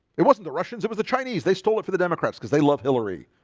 it wasn't the russians. it was the chinese they stole it for the democrats because they love hillary